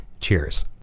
cheers